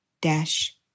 dash